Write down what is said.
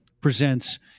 presents